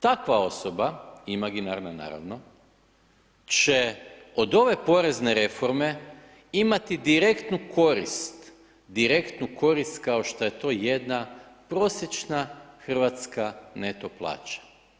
Takva osoba, imaginarna naravno će od ove porezne reforme imati direktnu korist, direktnu korist kao što je to jedna prosječna hrvatska neto plaća.